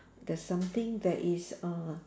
there's something that is uh